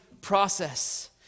process